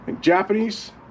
Japanese